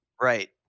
Right